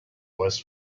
was